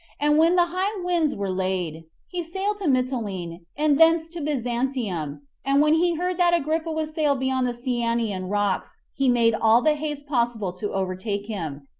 and when the high winds were laid, he sailed to mytilene, and thence to byzantium and when he heard that agrippa was sailed beyond the cyanean rocks, he made all the haste possible to overtake him,